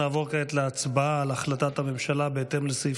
נעבור כעת להצבעה על החלטת הממשלה בהתאם לסעיף